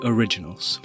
Originals